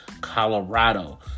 Colorado